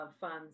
funds